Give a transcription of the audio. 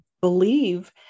believe